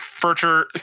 future